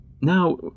Now